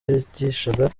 yigishaga